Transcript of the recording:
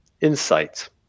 insight